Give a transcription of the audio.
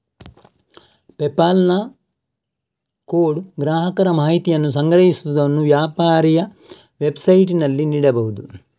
PayPal ನ code ಗ್ರಾಹಕರ ಮಾಹಿತಿಯನ್ನು ಸಂಗ್ರಹಿಸುವುದನ್ನು ವ್ಯಾಪಾರಿಯ ವೆಬ್ಸೈಟಿನಲ್ಲಿ ನೀಡಬಹುದು